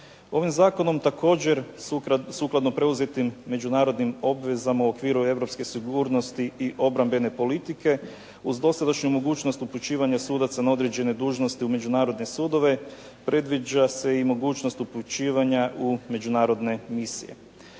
Ovim zakonom također sukladno preuzetim međunarodnim obvezama u okviru europske sigurnosti i obrambene politike uz dosadašnju mogućnost uključivanja sudaca na određene dužnosti u međunarodne sudove, predviđa se i mogućnost uključivanja u međunarodne misije.